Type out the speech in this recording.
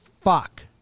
fuck